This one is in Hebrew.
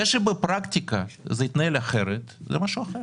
זה שבפרקטיקה זה התנהל אחרת, זה משהו אחר.